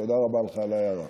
תודה רבה לך על ההערה.